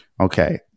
Okay